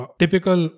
typical